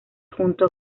junto